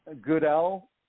Goodell